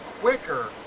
quicker